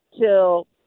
till